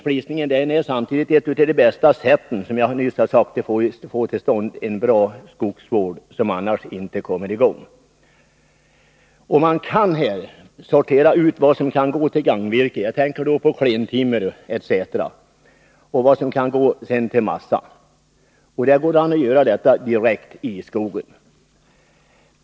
Flisning är samtidigt ett av de bästa sätten, som jag nyss sade, att få till stånd en bra skogsvård, som annars inte kommer i gång. Man kan sortera ut vad som kan gå till gagnvirke — jag tänker då på klentimmer etc. — och vad som kan gå till massa. Detta går att göra direkt i skogen.